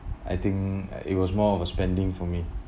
I think it was more of a spending for me